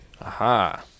Aha